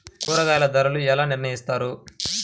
కూరగాయల ధరలు ఎలా నిర్ణయిస్తారు?